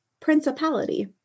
Principality